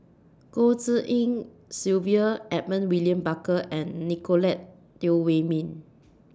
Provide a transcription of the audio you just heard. Goh Tshin En Sylvia Edmund William Barker and Nicolette Teo Wei Min